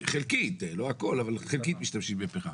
לא הכול אבל חלקית משתמשים בפחם.